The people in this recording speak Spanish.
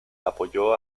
apoyó